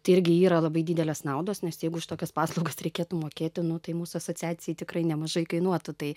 tai irgi yra labai didelės naudos nes jeigu už tokias paslaugas reikėtų mokėti nu tai mūsų asociacijai tikrai nemažai kainuotų tai